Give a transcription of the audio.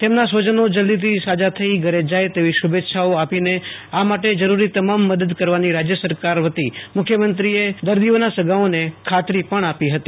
તેમના સ્વજનો જલ્દીથી સાજા થઇ ઘરે જાય તેવી શુભેચ્છાઓ આપીને આ માટે જરૂરી તમામ મદદ કરવાની રાજ્ય સરકાર વતી મુખ્યમંત્રીએ દર્દીઓના સગાઓને ખાતરી પણ આપી હતી